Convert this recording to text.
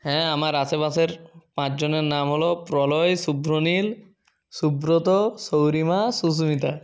হ্যাঁ আমার আশেপাশের পাঁচজনের নাম হল প্রলয় শুভ্রনীল সুব্রত শৌরিমা সুস্মিতা